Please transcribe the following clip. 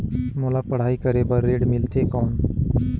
मोला पढ़ाई करे बर ऋण मिलथे कौन?